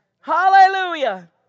Hallelujah